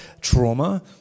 trauma